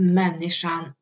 människan